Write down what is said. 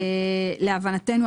להבנתו,